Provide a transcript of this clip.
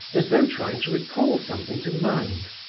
as though trying to recall something to mind.